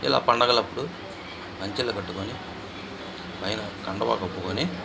ఇలా పండుగలప్పుడు పంచలు కట్టుకొని పైన కండువా కప్పుకొని